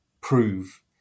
prove